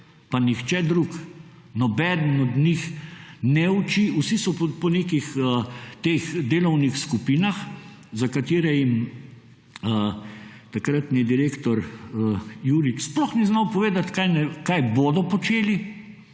pa nihče drug, nobeden od njih ne uči, vsi so po nekih teh delovnih skupinah, za katere jim takratni direktor Jurij sploh ni znal povedati, kaj bodo počeli,